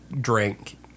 drink